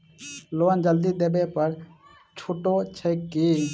Loan जल्दी देबै पर छुटो छैक की?